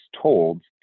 told